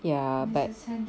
ya but